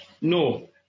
No